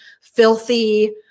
filthy